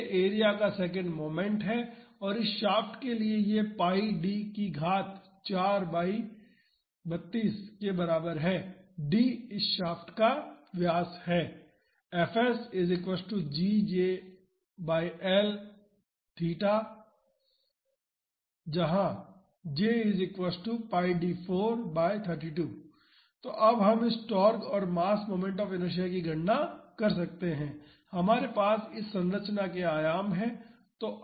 J area का second moment है और इस शाफ्ट के लिए यह pi d की घात 4 बाई 32 के बराबर है d इस शाफ्ट का व्यास है where तो अब हम इस टार्क और मास मोमेंट ऑफ़ इनर्शिआ की गणना कर सकते हैं हमारे पास इस संरचना के आयाम हैं